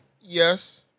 Yes